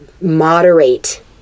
moderate